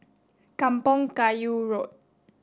Kampong Kayu Road